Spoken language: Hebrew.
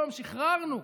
היום שחררנו,